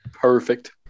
Perfect